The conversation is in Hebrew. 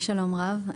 שלום רב,